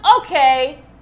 okay